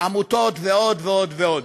עמותות ועוד ועוד ועוד.